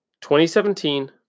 2017